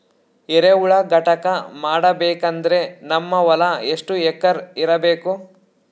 ಎರೆಹುಳ ಘಟಕ ಮಾಡಬೇಕಂದ್ರೆ ನಮ್ಮ ಹೊಲ ಎಷ್ಟು ಎಕರ್ ಇರಬೇಕು?